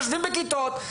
יושבים בכיתות,